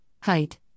Height